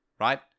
right